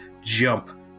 jump